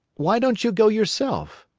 why don't you go yourself?